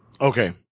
Okay